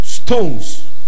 Stones